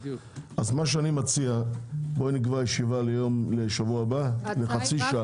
אז אני מציע שנקבע ישיבה לשבוע הבא לחצי שעה.